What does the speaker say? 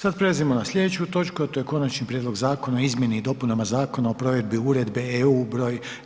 Sada prelazimo na sljedeću točku, a to je: - Konačni prijedlog Zakona o izmjeni i dopunama Zakona o provedbe Uredbe EU br.